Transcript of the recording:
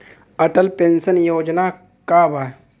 Atal pension योजना का बा?